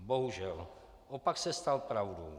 Bohužel, opak se stal pravdou.